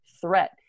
threat